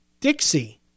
Dixie